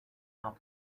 out